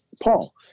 Paul